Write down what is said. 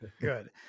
Good